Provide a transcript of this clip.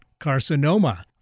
carcinoma